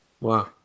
Wow